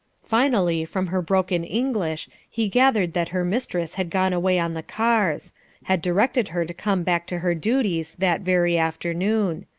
finally from her broken english he gathered that her mistress had gone away on the cars had directed her to come back to her duties that very afternoon.